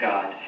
God